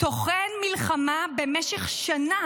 טוחן מלחמה במשך שנה